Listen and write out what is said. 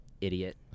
idiot